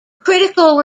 critical